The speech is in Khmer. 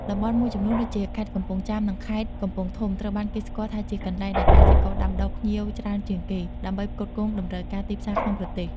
តំបន់មួយចំនួនដូចជា ខេត្តកំពង់ចាម និង ខេត្តកំពង់ធំ ត្រូវបានគេស្គាល់ថាជាកន្លែងដែលកសិករដាំដុះផ្ញៀវច្រើនជាងគេ ដើម្បីផ្គត់ផ្គង់តម្រូវការទីផ្សារក្នុងប្រទេស។